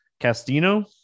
Castino